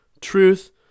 truth